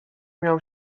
miał